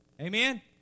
Amen